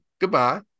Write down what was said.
Goodbye